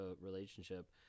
relationship